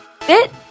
FIT